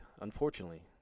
unfortunately